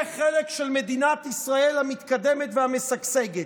חלק של מדינת ישראל המתקדמת והמשגשגת,